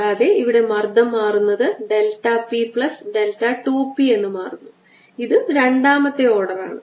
കൂടാതെ ഇവിടെ മർദ്ദം മാറുന്നത് delta p plus delta 2 p എന്ന് മാറുന്നു ഇത് രണ്ടാമത്തെ ഓർഡറാണ്